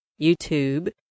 YouTube